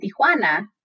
Tijuana